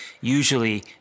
usually